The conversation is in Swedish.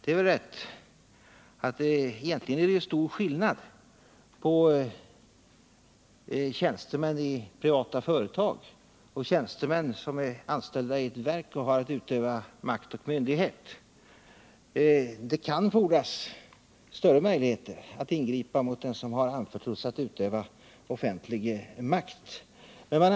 Egentligen är det stor skillnad på tjänstemän i privata företag och tjänstemän som är anställda i ett verk och har att utöva makt och myndighet. Det kan fordras större möjligheter att ingripa mot dem som har anförtrotts att utöva offentlig makt.